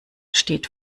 steht